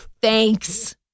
Thanks